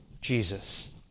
Jesus